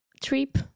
trip